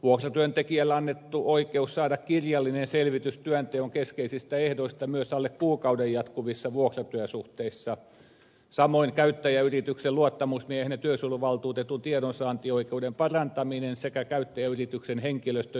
vuokratyöntekijälle annettu oikeus saada kirjallinen selvitys työnteon keskeisistä ehdoista myös alle kuukauden jatkuvissa vuokratyösuhteissa samoin käyttäjäyrityksen luottamusmiehen ja työsuojeluvaltuutetun tiedonsaantioikeuden parantaminen sekä käyttäjäyrityksen henkilöstön edustamisoikeus